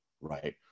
right